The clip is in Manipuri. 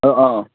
ꯑꯥ ꯑꯥ